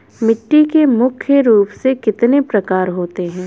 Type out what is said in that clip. मिट्टी के मुख्य रूप से कितने स्वरूप होते हैं?